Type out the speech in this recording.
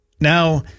Now